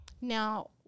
Now